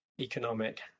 economic